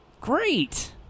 Great